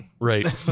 Right